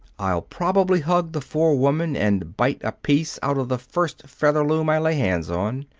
i'll probably hug the forewoman and bite a piece out of the first featherloom i lay hands on.